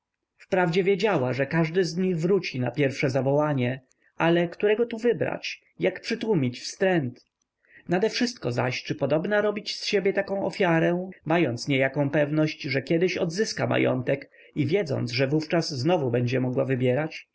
samą wprawdzie wiedziała że każdy z nich wróci na pierwsze zawołanie ale którego tu wybrać jak przytłumić wstręt nadewszystko zaś czy podobna robić z siebie taką ofiarę mając niejaką pewność że kiedyś odzyska majątek i wiedząc że wówczas znowu będzie mogła wybierać